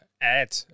add